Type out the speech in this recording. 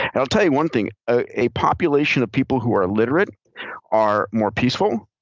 and i'll tell you one thing. ah a population of people who are literate are more peaceful,